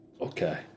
Okay